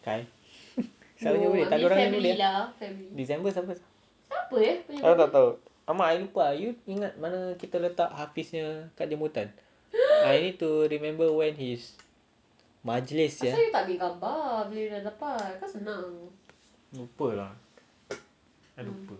kai siapa punya tiada orang punya december siapa I tak tahu !alamak! I lupa ah you ingat mana kita letak hafiz punya kad jemputan I need to remember when is majlis sia lupa lah I lupa